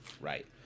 Right